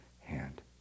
hand